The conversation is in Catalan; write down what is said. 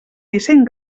disseny